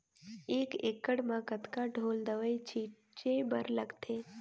एक एकड़ म कतका ढोल दवई छीचे बर लगथे?